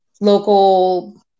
local